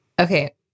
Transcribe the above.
Okay